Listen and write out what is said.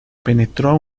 penetró